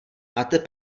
máte